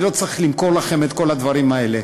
אני לא צריך למכור לכם את כל הדברים האלה.